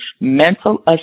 mental